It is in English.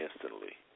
instantly